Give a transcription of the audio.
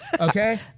Okay